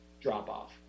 drop-off